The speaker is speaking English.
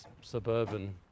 suburban